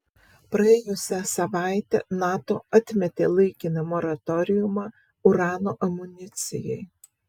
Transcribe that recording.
praėjusią savaitę nato atmetė laikiną moratoriumą urano amunicijai